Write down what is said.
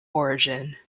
origin